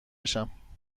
بشم